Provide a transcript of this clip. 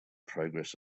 progress